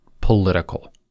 political